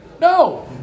No